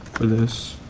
for this.